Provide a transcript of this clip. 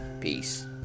Peace